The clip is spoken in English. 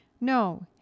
no